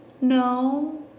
no